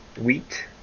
wheat